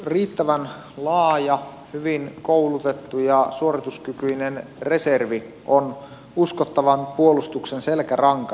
riittävän laaja hyvin koulutettu ja suorituskykyinen reservi on uskottavan puolustuksen selkäranka